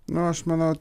na aš manau